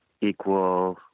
equal